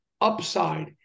upside